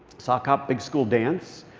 sock hop big school dance.